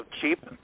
cheap